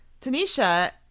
Tanisha